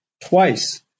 twice